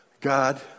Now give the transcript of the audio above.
God